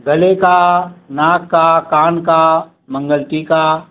गले का नाक का कान का मंगलटीका